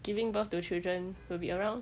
giving birth to children will be around